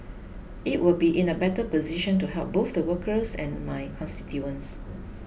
it will be in a better position to help both the workers and my constituents